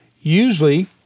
usually